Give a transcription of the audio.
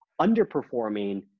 underperforming